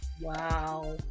wow